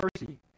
mercy